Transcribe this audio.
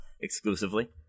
exclusively